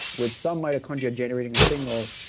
with some mitochondria generating a signal,